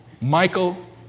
Michael